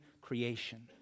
creation